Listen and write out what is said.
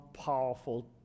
powerful